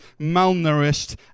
malnourished